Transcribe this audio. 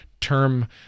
term